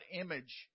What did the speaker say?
image